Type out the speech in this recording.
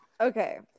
okay